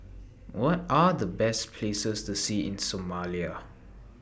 What Are The Best Places to See in Somalia